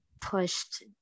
pushed